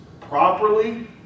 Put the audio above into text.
properly